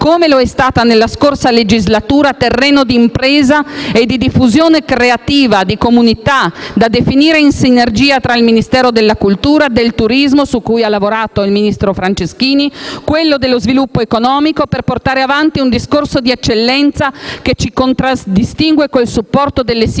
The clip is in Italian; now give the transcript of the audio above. come lo è stato nella scorsa legislatura, terreno di impresa e di diffusione creativa, di comunità, da definire in sinergia tra il Ministero della cultura, del turismo, su cui ha lavorato il ministro Franceschini, e quello dello sviluppo economico, per portare avanti un discorso di eccellenza che ci contraddistingue con il supporto delle singole